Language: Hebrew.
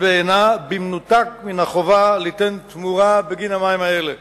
בעינה במנותק מן החובה ליתן תמורה בגין המים האלה.